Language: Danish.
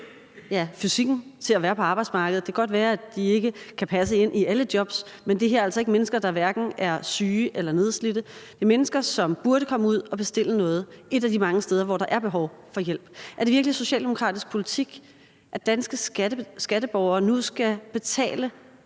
har fysikken til at være på arbejdsmarkedet, selv om det godt kan være, at de kan passe ind i alle jobs – de er altså hverken syge eller nedslidte, men er mennesker, som burde komme ud at bestille noget et af de mange steder, hvor der er behov for hjælp – er det så virkelig socialdemokratisk politik, at danske skatteborgere nu skal betale